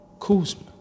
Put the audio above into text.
Kuzma